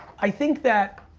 i think that